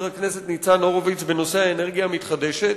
הכנסת ניצן הורוביץ בנושא האנרגיה המתחדשת,